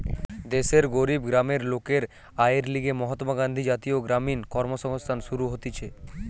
দেশের গরিব গ্রামের লোকের আয়ের লিগে মহাত্মা গান্ধী জাতীয় গ্রামীণ কর্মসংস্থান শুরু হতিছে